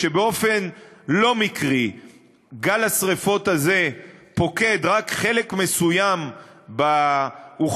כשבאופן לא מקרי גל השרפות הזה פוקד רק חלק מסוים באוכלוסיה,